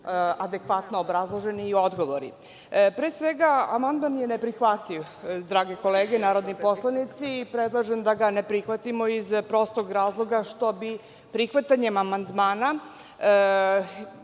adekvatno obrazloženi i odgovori. Pre svega, amandman je neprihvatljiv, drage kolege narodni poslanici, i predlažem da ga ne prihvatimo iz prostog razloga što bi prihvatanjem amandmana